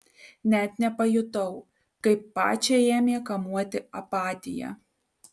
net nepajutau kaip pačią ėmė kamuoti apatija